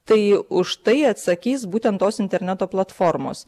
tai už tai atsakys būtent tos interneto platformos